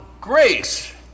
grace